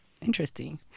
Interesting